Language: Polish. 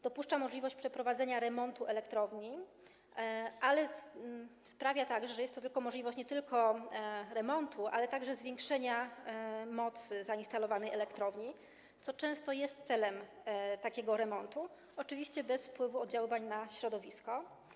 Dopuszcza możliwość przeprowadzenia remontu elektrowni, ale sprawia, że jest to możliwość nie tylko remontu, ale także zwiększenia mocy zainstalowanej elektrowni, co często jest celem takiego remontu, oczywiście bez zwiększenia oddziaływania na środowisko.